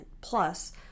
plus